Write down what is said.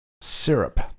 syrup